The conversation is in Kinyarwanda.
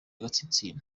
agatsinsino